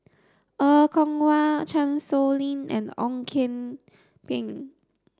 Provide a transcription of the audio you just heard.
Er Kwong Wah Chan Sow Lin and Ong Kian Peng